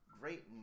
great